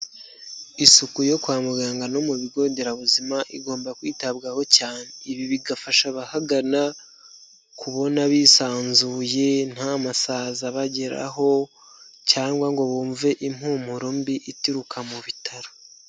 Isuku yo kwa muganga no mu bigo nderabuzima igomba kwitabwaho cyane. Ibi bigafasha abahagana kubona bisanzuye, nta masazi abageraho cyangwa ngo bumve impumuro mbi ituruka mu bitaro.